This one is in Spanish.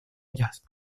ellas